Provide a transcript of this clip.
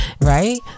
right